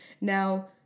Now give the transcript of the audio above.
Now